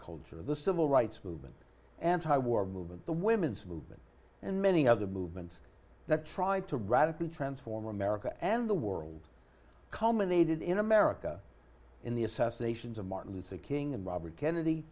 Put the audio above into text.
counterculture of the civil rights movement anti war movement the women's movement and many other movements that tried to radically transform america and the world culminated in america in the assassinations of martin luther king and robert kennedy